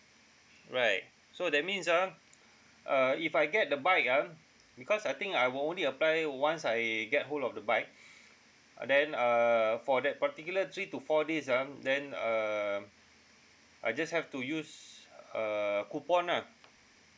right so that means ah uh if I get the bike ah because I think I will only apply once I get hold of the bike then err for that particular three to four days ah then um I just have to use uh coupon lah